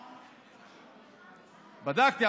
בדקתי,